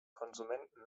konsumenten